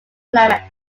climate